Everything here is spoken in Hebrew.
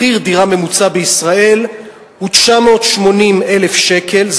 מחיר דירה ממוצע בישראל הוא 980,000 שקל.